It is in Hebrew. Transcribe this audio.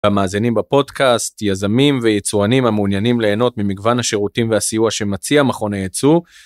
המאזינים בפודקאסט, יזמים ויצואנים המעוניינים ליהנות ממגוון השירותים והסיוע שמציע מכון הייצוא.